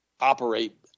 operate